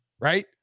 right